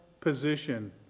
position